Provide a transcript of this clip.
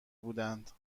بودند